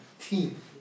team